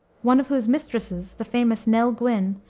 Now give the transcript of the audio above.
one of whose mistresses, the famous nell gwynne,